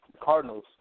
Cardinals